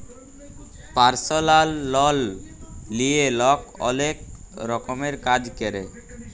পারসলাল লল লিঁয়ে লক অলেক রকমের কাজ ক্যরে